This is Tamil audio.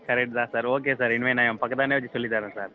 கரெக்ட் தான் சார் ஓகே சார் இனிமேல் என் பக்கத்தாண்டே வச்சு சொல்லித் தர்றேன் சார்